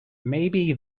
maybe